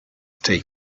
stay